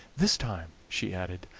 this time, she added,